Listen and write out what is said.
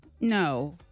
No